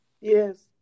Yes